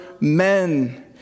men